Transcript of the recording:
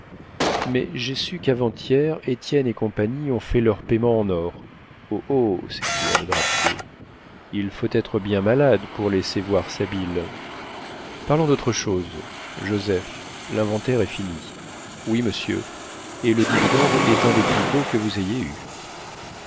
mais j'ai su quavant hier étienne et compagnie ont fait leurs paiements en or oh oh s'écria le drapier il faut être bien malade pour laisser voir sa bile parlons d'autre chose joseph l'inventaire est fini oui monsieur et le dividende est un des plus beaux que vous ayez eus